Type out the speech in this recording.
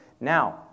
Now